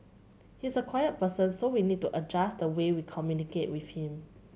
he's a quiet person so we need to adjust the way we communicate with him